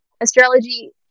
astrology